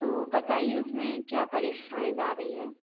तो बताइए उसमें क्या परेशानी आ रही है